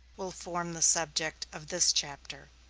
will form the subject of this chapter.